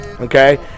okay